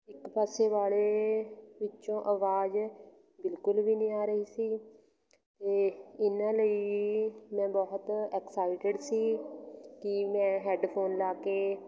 ਇੱਕ ਪਾਸੇ ਵਾਲੇ ਵਿੱਚੋਂ ਆਵਾਜ਼ ਬਿਲਕੁਲ ਵੀ ਨਹੀਂ ਆ ਰਹੀ ਸੀ ਅਤੇ ਇਹਨਾਂ ਲਈ ਮੈਂ ਬਹੁਤ ਐਕਸਾਈਟਿਡ ਸੀ ਕਿ ਮੈਂ ਹੈਡਫੋਨ ਲਾ ਕੇ